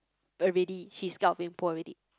already she scared of being poor already